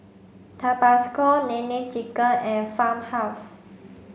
Tabasco Nene Chicken and Farmhouse